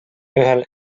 ühel